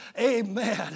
Amen